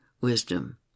wisdom